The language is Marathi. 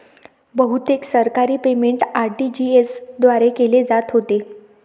बहुतेक सरकारी पेमेंट आर.टी.जी.एस द्वारे केले जात होते